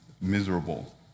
miserable